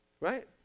Right